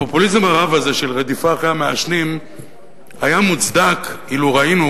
הפופוליזם הרב הזה של רדיפה אחרי מעשנים היה מוצדק אילו ראינו